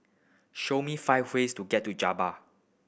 show me five ways to get to Juba